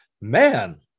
man